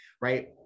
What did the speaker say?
right